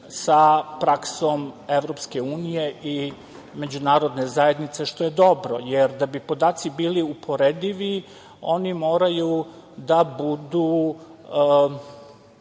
sa praksom EU i međunarodne zajednice, što je dobro, jer da bi podaci bili uporedivi oni moraju da budu